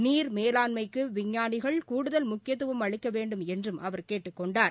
நீர் மேலாண்மைக்கு விஞ்ஞானிகள் கூடுதல் முக்கியத்துவம் அளிக்க வேண்டும் என்றும் அவர் கேட்டுக்கொண்டார்